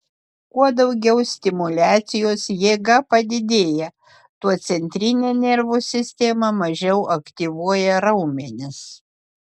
kuo daugiau stimuliacijos jėga padidėja tuo centrinė nervų sistema mažiau aktyvuoja raumenis